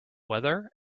whether